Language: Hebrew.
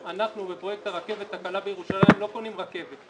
בפרויקט הרכבת הקלה בירושלים אנחנו לא קונים רכבת,